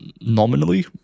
nominally